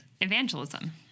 evangelism